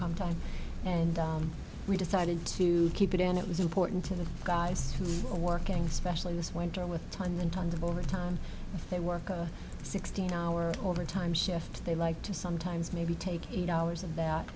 from time and we decided to keep it and it was important to the guys who are working specially this winter with tons and tons of overtime they work a sixteen hour overtime shift they like to sometimes maybe take eight hours and that